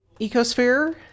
ecosphere